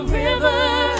river